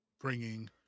bringing